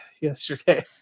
yesterday